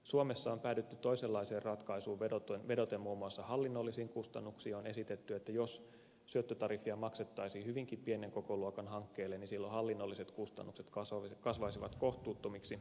suomessa on päädytty toisenlaiseen ratkaisuun vedoten muun muassa hallinnollisiin kustannuksiin ja on esitetty että jos syöttötariffia maksettaisiin hyvinkin pienen kokoluokan hankkeille niin silloin hallinnolliset kustannukset kasvaisivat kohtuuttomiksi